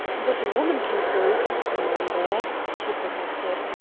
but a woman can't go looking for a man there, she protested.